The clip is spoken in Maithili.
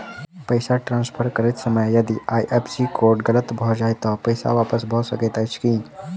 पैसा ट्रान्सफर करैत समय यदि आई.एफ.एस.सी कोड गलत भऽ जाय तऽ पैसा वापस भऽ सकैत अछि की?